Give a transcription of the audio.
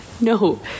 No